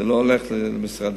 זה לא הולך למשרדי.